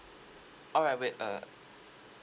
alright wait uh